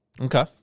Okay